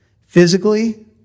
physically